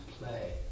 play